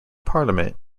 parliament